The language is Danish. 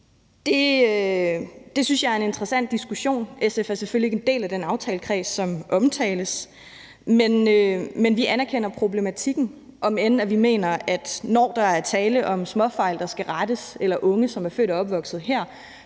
Det synes jeg er en interessant diskussion. SF er selvfølgelig ikke en del af den aftalekreds, som omtales, men vi anerkender problematikken, om end vi mener, at når der er tale om småfejl, der skal rettes eller om unge, som er født og opvokset her,